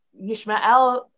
Yishmael